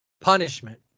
punishment